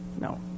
no